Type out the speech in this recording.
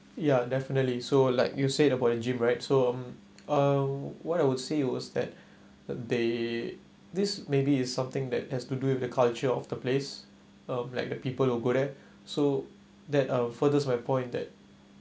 yeah definitely so like you said about the gym right so um what I would say it was that they this maybe it's something that has to do with the culture of the place um like the people who go there so that uh furthers my point that